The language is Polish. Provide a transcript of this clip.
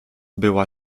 była